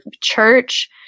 church